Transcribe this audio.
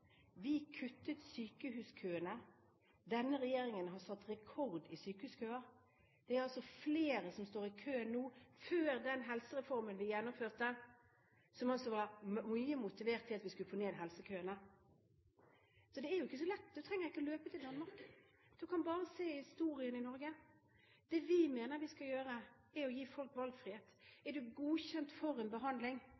Vi kuttet i sykehuskøene. Denne regjeringen har satt rekord i sykehuskøer. Det er altså flere som står i kø nå enn før den helsereformen vi gjennomførte, der vi altså var veldig motivert for å få ned helsekøene. Så det er jo ikke så lett. Du trenger ikke løpe til Danmark. Du kan bare se på historien i Norge. Det vi mener vi skal gjøre, er å gi folk valgfrihet.